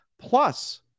plus